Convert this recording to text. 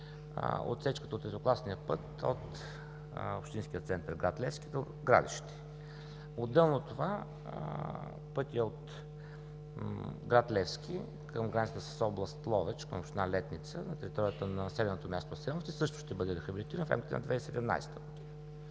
отсечката от третокласния път от общинския център в гр. Левски до Градище. Отделно от това, пътят от гр. Левски към границата с област Ловеч, община Летница, на територията на населеното място Асеновци също ще бъде рехабилитиран в рамките на 2017 г.